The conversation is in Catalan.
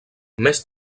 més